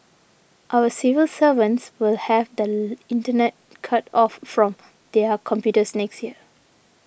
our civil servants will have the internet cut off from their computers next year